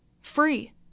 Free